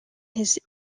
his